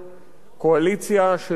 קואליציה של כוחות,